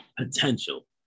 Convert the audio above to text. potential